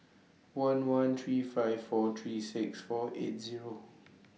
one one three five four three six four eight Zero